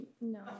No